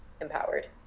empowered